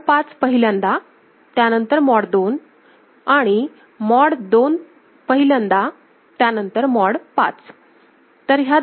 mod 5 पहिल्यांदा त्यानंतर mod 2 आणि मॉड 2 पहिल्यांदा त्यानंतर मॉड 5